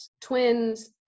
twins